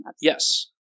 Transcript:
Yes